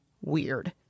weird